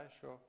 sure